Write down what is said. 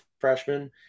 freshman